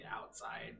outside